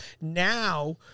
now